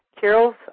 Carol's